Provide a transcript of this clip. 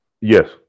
Yes